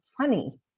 funny